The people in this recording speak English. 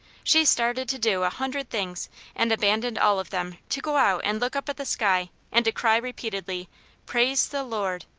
she started to do a hundred things and abandoned all of them to go out and look up at the sky and to cry repeatedly praise the lord!